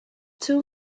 too